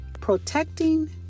protecting